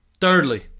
Thirdly